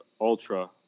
ultra